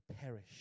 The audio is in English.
perish